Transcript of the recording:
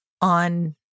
on